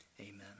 Amen